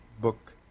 book